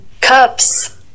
Cups